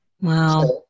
Wow